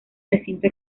recinto